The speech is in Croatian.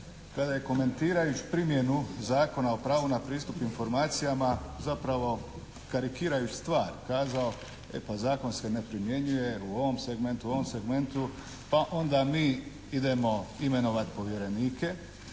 kada je komentirajući primjenu Zakona o pravu na pristup informacijama zapravo karikirajući stvar kazao e pa zakon se ne primjenjuje jer u ovom segmentu, u ovom segmentu, pa onda mi idemo imenovati povjerenike,